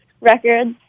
records